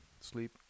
sleep